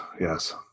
yes